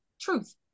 truth